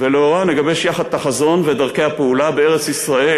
ולאורה נגבש יחד את החזון ואת דרכי הפעולה בארץ-ישראל,